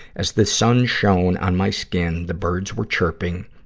as the sun shone on my skin, the birds were chirping,